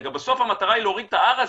בסוף המטרה היא להוריד את ה-R הזה,